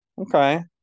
Okay